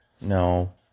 No